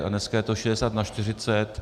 A dneska je to 60 na 40.